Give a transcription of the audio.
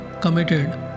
committed